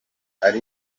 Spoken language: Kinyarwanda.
hari